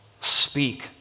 speak